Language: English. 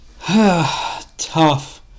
Tough